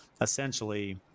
essentially